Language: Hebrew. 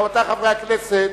רבותי חברי הכנסת,